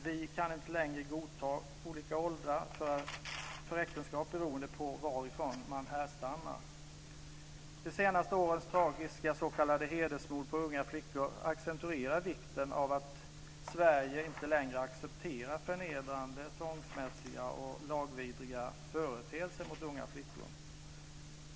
Vi kan inte längre godta olika åldrar för äktenskap beroende på varifrån man härstammar. De senaste årens tragiska s.k. hedersmord på unga flickor accentuerar vikten av att Sverige inte längre accepterar förnedrande, tvångsmässiga och lagvidriga företeelser mot unga flickor.